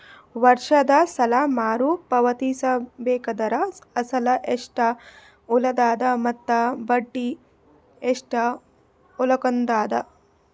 ವರ್ಷದ ಸಾಲಾ ಮರು ಪಾವತಿಸಬೇಕಾದರ ಅಸಲ ಎಷ್ಟ ಉಳದದ ಮತ್ತ ಬಡ್ಡಿ ಎಷ್ಟ ಉಳಕೊಂಡದ?